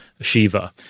Shiva